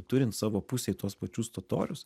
turint savo pusėj tuos pačius totorius